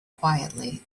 quietly